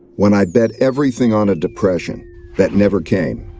when i bet everything on a depression that never came.